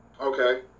Okay